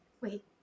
wait